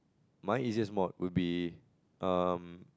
mine easiest mod will be um